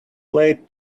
late